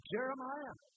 Jeremiah